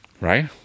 right